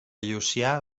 llucià